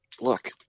look